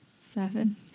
Seven